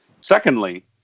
Secondly